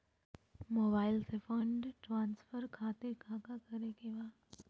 Mobile से fund transfer खातिर काका करे के बा?